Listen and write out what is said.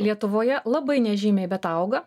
lietuvoje labai nežymiai bet auga